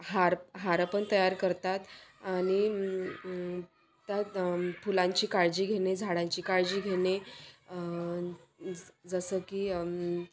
हार हारं पण तयार करतात आणि त्यात फुलांची काळजी घेणे झाडांची काळजी घेणे जसं की